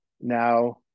now